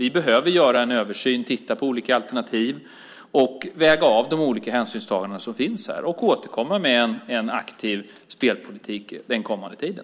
Vi behöver göra en översyn, titta på olika alternativ, väga av de olika hänsynstagandena och återkomma med en aktiv spelpolitik den kommande tiden.